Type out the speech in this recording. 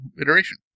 iteration